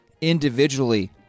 individually